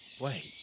Wait